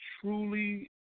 truly